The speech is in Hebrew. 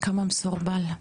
כמה מסורבל.